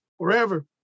Forever